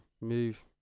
move